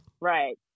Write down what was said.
Right